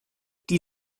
die